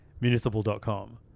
municipal.com